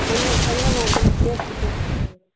ನನಗೆ ಒಂದು ಸಂಘ ಮಾಡಿ ಸೇರ್ಸ್ಲಿಕ್ಕೆ ಇತ್ತು